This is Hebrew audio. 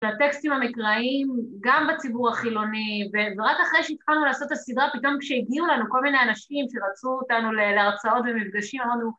‫לטקסטים המקראיים, ‫גם בציבור החילוני, ‫ורק אחרי שהתחלנו לעשות הסדרה, ‫פתאום כשהגיעו לנו כל מיני אנשים ‫שרצו אותנו להרצאות ומפגשים, ‫אמרנו...